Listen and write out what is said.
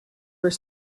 were